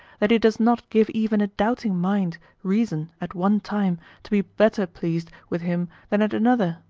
that he does not give even a doubting mind reason at one time to be better pleased with him than at another?